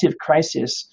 crisis